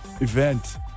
event